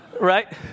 right